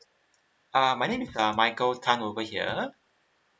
uh my name is michael tan over here